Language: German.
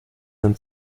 nimmt